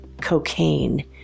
cocaine